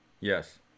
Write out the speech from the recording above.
Yes